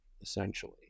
essentially